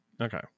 Okay